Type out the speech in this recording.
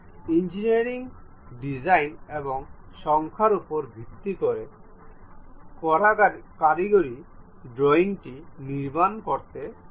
engineering design এবং সংখ্যার উপর ভিত্তি করে কারিগরি ড্রয়িংটি নির্মাণ করতে হয়